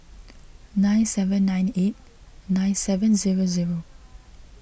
nine seven nine eight nine seven zero zero